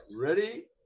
Ready